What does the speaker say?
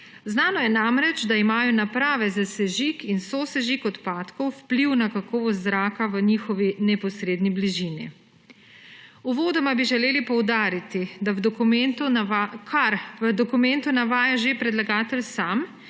Znano je namreč, da imajo naprave za sežig in sosežig odpadkov vpliv na kakovost zraka v njihovi neposredni bližini. Uvodoma bi želeli poudariti, kar v dokumentu navaja že predlagatelj sam,